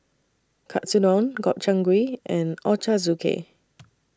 Katsudon Gobchang Gui and Ochazuke